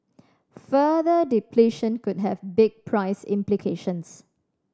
further depletion could have big price implications